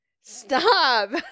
Stop